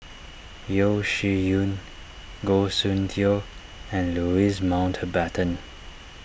Yeo Shih Yun Goh Soon Tioe and Louis Mountbatten